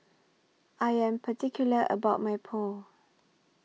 I Am particular about My Pho